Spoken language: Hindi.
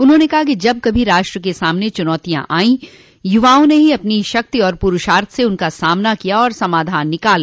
उन्होंने कहा कि जब कभी राष्ट्र के सामने चुनौतियां आई युवाओं ने ही अपनी शक्ति और पुरूषार्थ से उनका सामना किया और समाधान निकाला